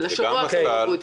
זה גם הסל,